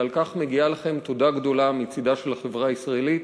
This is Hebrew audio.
על כך מגיעה לכם תודה גדולה מצדה של החברה הישראלית.